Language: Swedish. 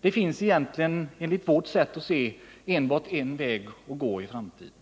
Det finns egentligen enligt vårt sätt att se enbart en väg att gå i framtiden,